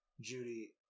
Judy